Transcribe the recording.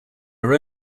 are